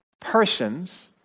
persons